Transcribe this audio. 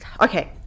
okay